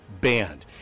banned